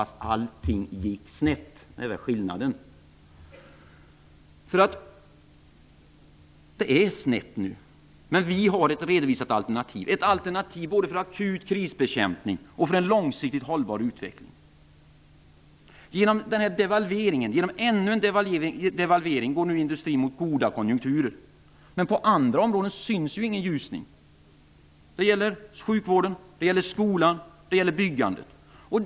Skillnaden är att allt gick snett. Det är snett nu. Vi har redovisat ett alternativ. Det är ett alternativ både för akut krisbekämpning och för en långsiktigt hållbar utveckling. På grund av ännu en devalvering går industrin nu mot goda konjunkturer. Men på andra områden syns ingen ljusning. Det gäller sjukvården, skolan och byggsektorn.